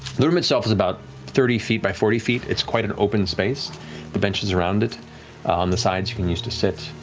the room itself is about thirty feet by forty feet, it's quite an open space, with benches around it on the sides you can use to sit.